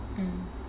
mm